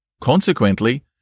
Consequently